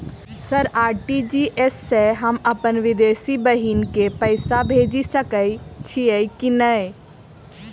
Sir RTGS सँ हम अप्पन विदेशी बहिन केँ पैसा भेजि सकै छियै की नै?